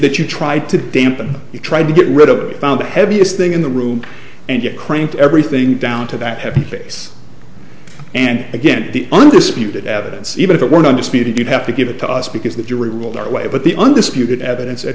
that you tried to dampen it tried to get rid of it found the heaviest thing in the room and it cranked everything down to that happy face and again the undisputed evidence even if it were not disputed you'd have to give it to us because the jury ruled that way but the undisputed evidence a